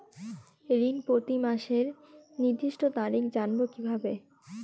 ঋণ প্রতিমাসের নির্দিষ্ট তারিখ জানবো কিভাবে?